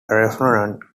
resonant